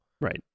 Right